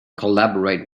collaborate